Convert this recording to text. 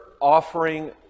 offering